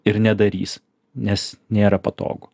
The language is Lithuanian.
ir nedarys nes nėra patogu